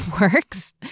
works